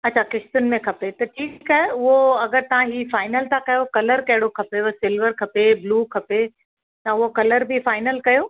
अच्छा किश्तनि में खपे त ठीकु आहे उहो अगरि तव्हां हीअ फाइनल था कयो कलर कहिड़ो खपे सिल्वर खपे ब्लू खपे त उहो कलर बि फाइनल कयो